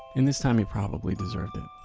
in this time, he probably deserved it.